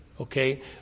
Okay